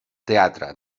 teatre